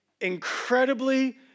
incredibly